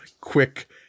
quick